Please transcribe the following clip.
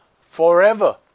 forever